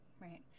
right